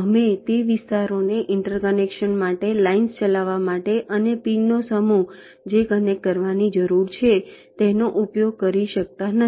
અમે તે વિસ્તારોને ઇન્ટરકનેક્શન્સ માટે લાઇન્સ ચલાવવા માટે અને પિનનો સમૂહ જે કનેક્ટ કરવાની જરૂર છે તેનો ઉપયોગ કરી શકતા નથી